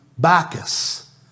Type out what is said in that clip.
Bacchus